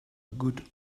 good